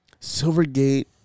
Silvergate